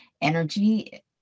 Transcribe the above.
energy